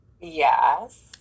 yes